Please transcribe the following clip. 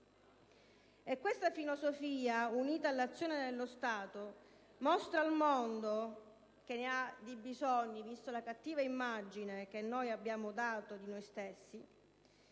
Questa filosofia, unita all'azione dello Stato, mostra al mondo - che ha bisogno di prove vista la cattiva immagine che abbiamo dato di noi stessi